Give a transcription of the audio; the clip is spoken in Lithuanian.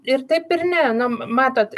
ir taip ir ne num matot